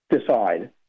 decide